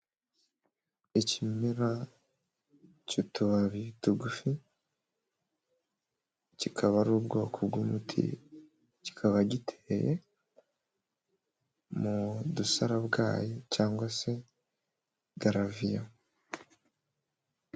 ikimera cy'utubabi tugufi kikaba ari ubwoko bw'umuti kikaba giteye mu dusarabwayi cyangwa se galavio